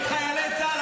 את חיילי צה"ל,